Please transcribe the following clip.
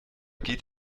geht